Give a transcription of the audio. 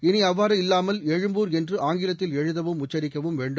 இளி அவ்வாறு இல்லாமல் எழும்பூர் என்று ஆங்கிலத்தில் எழுதவும் உச்சிக்கவும் வேண்டும்